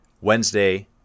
Wednesday